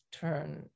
turn